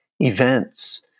Events